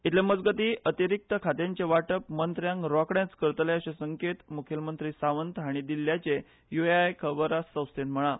इतले मजगतीं अतिरिक्त खात्यांचें वांटप मंत्र्यांक रोखडेच करतले अशे संकेत मुखेलमंत्री सावंत हांणी दिल्ल्याचें यूएनआय खबराग संस्थेन म्हळां